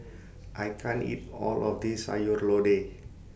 I can't eat All of This Sayur Lodeh